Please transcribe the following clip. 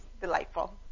delightful